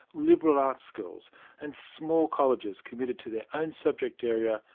liberal arts schools and small colleges committed to their own subject area,